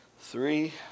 three